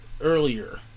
earlier